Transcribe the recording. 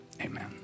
amen